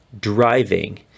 driving